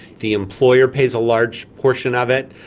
the employer pays a large portion of it,